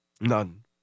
none